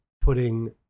putting